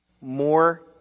more